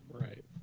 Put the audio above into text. Right